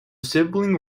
sibling